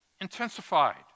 intensified